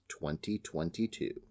2022